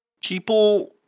People